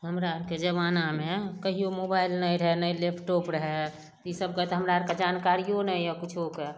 हमरा आओरके जमानामे कहिओ मोबाइल नहि रहै नहि लैपटॉप रहै ईसबके तऽ हमरा आओरके जानकारिओ नहि यऽ किछुके